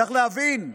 צריך להבין: